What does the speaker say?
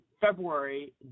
February